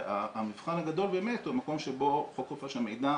והמבחן הגדול באמת הוא המקום שבו חוק חופש המידע